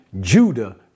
Judah